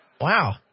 Wow